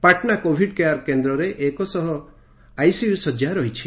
Patna Covid care କେନ୍ଦ୍ରରେ ଏକ ଶହ ଆଇସିୟୁ ଶଯ୍ୟା ରହିଛି